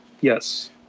Yes